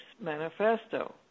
manifesto